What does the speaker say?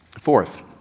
Fourth